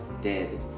dead